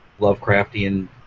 Lovecraftian